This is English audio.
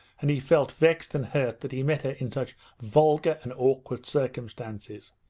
and he felt vexed and hurt that he met her in such vulgar and awkward circumstances.